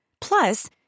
Plus